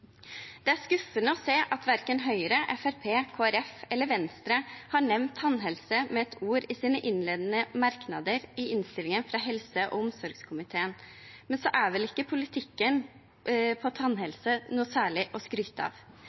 Det er skuffende å se at verken Høyre, Fremskrittspartiet, Kristelig Folkeparti eller Venstre har nevnt tannhelse med ett ord i sine innledende merknader i innstillingen fra helse- og omsorgskomiteen, men så er vel ikke politikken innen tannhelse noe særlig å skryte av.